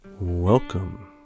Welcome